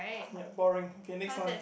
ya boring okay next one